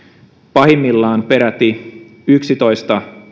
pahimmillaan peräti yksitoista